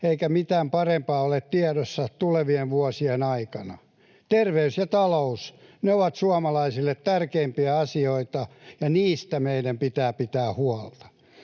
eikä mitään parempaa ole tiedossa tulevien vuosien aikana. Terveys ja talous ovat suomalaisille tärkeimpiä asioita, ja niistä meidän pitää pitää huolta.